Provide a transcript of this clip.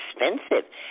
expensive